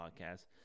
podcast